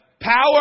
power